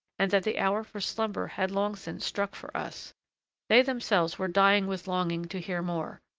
and that the hour for slumber had long since struck for us they themselves were dying with longing to hear more.